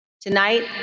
Tonight